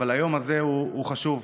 אבל היום הזה הוא חשוב.